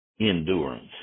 endurance